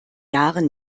jahren